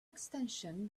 extension